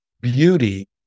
Beauty